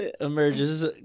emerges